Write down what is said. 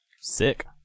Sick